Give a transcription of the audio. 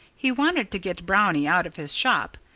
he wanted to get brownie out of his shop.